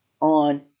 on